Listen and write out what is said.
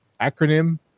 acronym